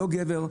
לא גבר,